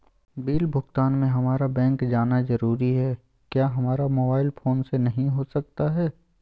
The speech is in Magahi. बिल भुगतान में हम्मारा बैंक जाना जरूर है क्या हमारा मोबाइल फोन से नहीं हो सकता है?